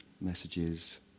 messages